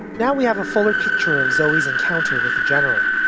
now we have a fuller picture of zoe's encounter with the general.